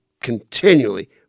continually